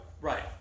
Right